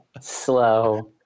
Slow